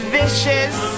vicious